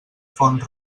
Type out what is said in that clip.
font